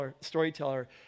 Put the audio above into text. storyteller